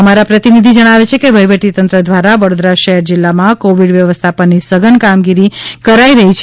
અમારા પ્રતિનિધિ જણાવે છે કે વહીવટી તંત્ર દ્વારા વડોદરા શહેર જિલ્લામાં કોવિડ વ્યવસ્થાપનની સઘન કામગીરી કરાઇ રહી છે